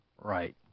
Right